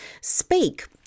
speak